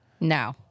No